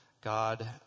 God